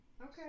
Okay